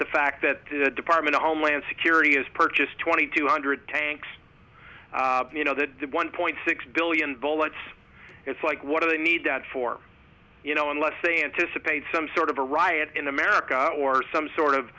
the fact that the department of homeland security has purchased twenty two hundred tanks you know that the one point six billion dollars it's like what do they need that for you know unless they anticipate some sort of a riot in america or some sort of